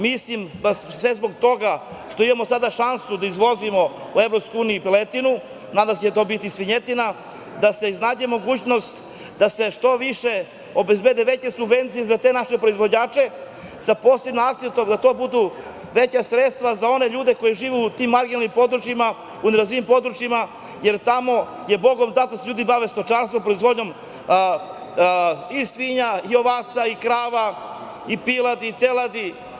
Mislim da zbog toga što imamo sada šansu da izvozimo u EU piletinu, nadam se da će biti i svinjetina, da se iznađe mogućnost da se što više obezbede veće subvencije za te naše proizvođače, sa posebnim akcentom da to budu veća sredstva za one ljude koji žive u tim marginalnim područjima, u nerazvijenim područjima, jer tamo je bogom dato da se ljudi bave stočarstvom, proizvodnjom i svinja, i ovaca, i krava, i piladi, i teladi.